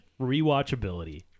Rewatchability